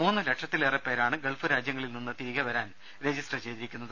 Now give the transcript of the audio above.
മൂന്ന് ലക്ഷത്തിലേറെ പേരാണ് ഗൾഫ് രാജ്യങ്ങളിൽ നിന്ന് തിരികെ വരാൻ രജിസ്റ്റർ ചെയ്തിരിക്കുന്നത്